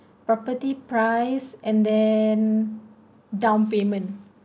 property price and then down payment